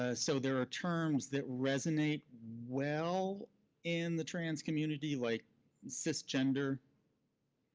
ah so there are terms that resonate well in the trans community, like cisgender,